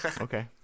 Okay